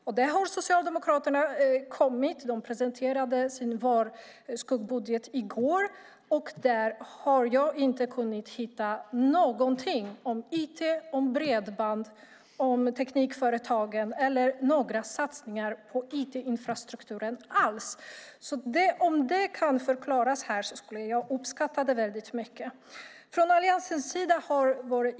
I går presenterade Socialdemokraterna sin skuggbudget, men där hittar jag inget om IT, bredband, teknikföretag eller satsningar på IT-infrastrukturen. Jag skulle uppskatta om jag fick en förklaring till detta.